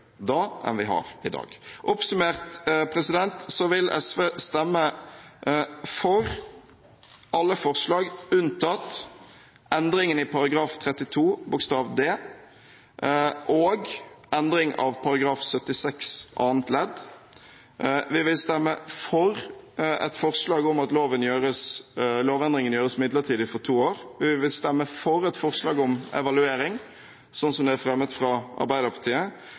da, enn vi har i dag. Oppsummert: SV vil stemme for alle forslag unntatt forslagene til endringer i § 32 første ledd bokstav d og § 76 annet ledd. Vi vil stemme for et forslag om at lovendringene gjøres midlertidige, for to år. Vi vil stemme for et forslag om evaluering, sånn som det er fremmet fra Arbeiderpartiet.